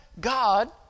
God